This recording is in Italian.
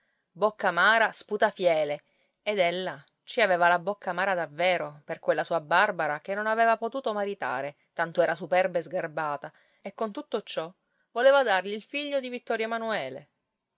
bocca amara sputa fiele ed ella ci aveva la bocca amara davvero per quella sua barbara che non aveva potuto maritare tanto era superba e sgarbata e con tutto ciò voleva dargli il figlio di vittorio emanuele